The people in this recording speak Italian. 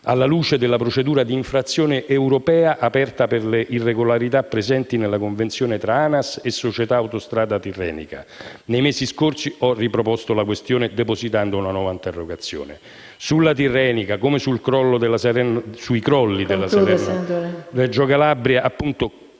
alla luce della procedura di infrazione europea aperta per le irregolarità presenti nella convenzione tra ANAS e Società autostrada tirrenica. Nei mesi scorsi ho riproposto la questione, depositando una nuova interrogazione. Sulla Tirrenica, come sui crolli della Salerno-Reggio Calabria, credo